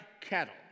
cattle